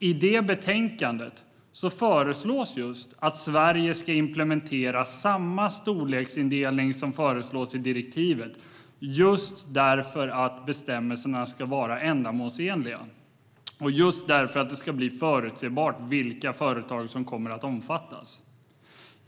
I detta betänkande föreslås att Sverige ska implementera samma storleksindelning som föreslås i direktivet - just för att bestämmelserna ska vara ändamålsenliga och just för att det ska bli förutsebart vilka företag som kommer att omfattas.